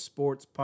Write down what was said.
Sports